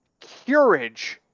Curage